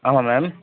ஆமாம் மேம்